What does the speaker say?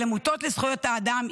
עמותות לזכויות אדם,